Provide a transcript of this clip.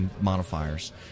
modifiers